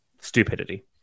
stupidity